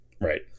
Right